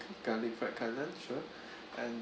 garlic fried kai lan sure and